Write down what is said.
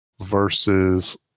Versus